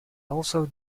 also